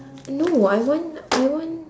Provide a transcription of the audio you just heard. no I want I want